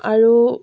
আৰু